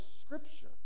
scripture